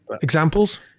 examples